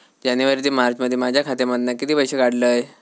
जानेवारी ते मार्चमध्ये माझ्या खात्यामधना किती पैसे काढलय?